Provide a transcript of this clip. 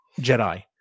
Jedi